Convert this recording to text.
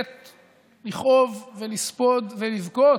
עת לכאוב, לספוד ולבכות,